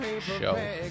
show